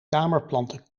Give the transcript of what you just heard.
kamerplanten